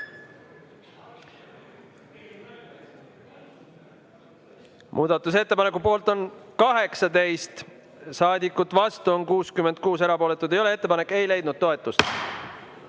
Muudatusettepaneku poolt on 18 saadikut, vastu on 66, erapooletuid ei ole. Ettepanek ei leidnud